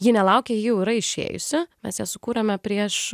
ji nelaukia jau yra išėjusi mes ją sukūrėme prieš